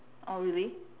oh really